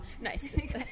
Nice